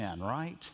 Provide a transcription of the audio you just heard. Right